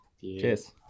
Cheers